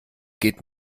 geht